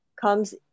comes